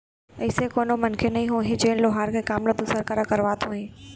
अइसे कोनो मनखे नइ होही जेन लोहार के काम ल दूसर करा करवात होही